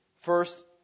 First